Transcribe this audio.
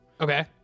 Okay